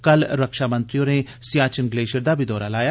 कल रक्षामंत्री होरें सियाचिन ग्लेशियर दा बी दौरा लाया